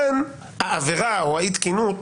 כאן העבירה או אי התקינות